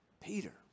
Peter